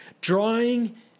Drawing